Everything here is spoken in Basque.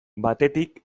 batetik